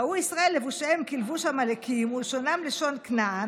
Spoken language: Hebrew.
ראו ישראל לבושיהם כלבושי עמלקים ולשונם כלשון כנען,